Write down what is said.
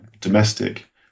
domestic